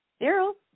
Daryl